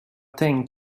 tänkt